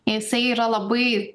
jisai yra labai